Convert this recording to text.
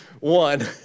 One